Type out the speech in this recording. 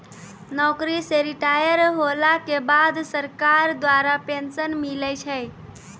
नौकरी से रिटायर होला के बाद सरकार द्वारा पेंशन मिलै छै